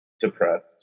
depressed